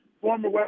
former